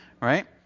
Right